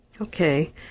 Okay